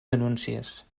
denúncies